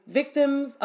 victims